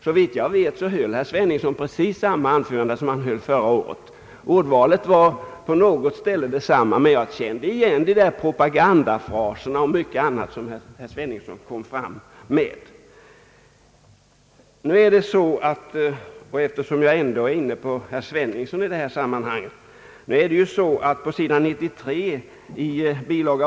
Såvitt jag vet höll herr Sveningsson samma anförande som förra året. Ordvalet var på något ställe annorlunda, men jag kände igen »propagandafraserna» och mycket annat som herr Sveningsson drog fram. Eftersom jag ändå är inne på vad herr Sveningsson anförde i detta sammanhang vill jag påpeka att på sidan 93 i bil.